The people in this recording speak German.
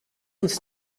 uns